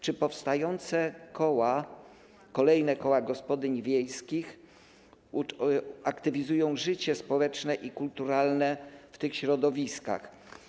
Czy powstające koła, kolejne koła gospodyń wiejskich aktywizują życie społeczne i kulturalne w tych środowiskach?